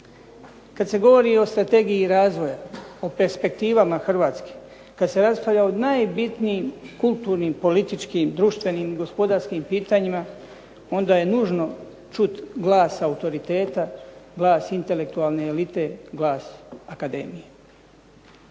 Kada se govori o Strategiji razvoja, o perspektivama Hrvatske, kada se raspravlja o najbitnijim kulturnim, političkim, gospodarskim, društvenim pitanjima onda je nužno čuti glas autoriteta, glas intelektualne elite, glas akademije.